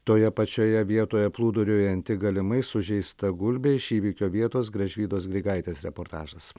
toje pačioje vietoje plūduriuojanti galimai sužeista gulbė iš įvykio vietos gražvydos grigaitės reportažas